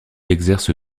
exerce